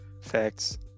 Facts